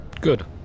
Good